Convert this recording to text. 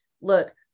Look